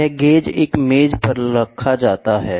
यह गेज एक मेज पर रखा है